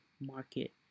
market